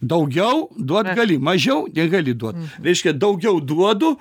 daugiau duot gali mažiau negali duot reiškia daugiau duodu